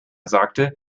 sagte